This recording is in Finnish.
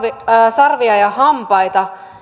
sarvia ja hampaita